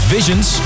Visions